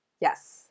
Yes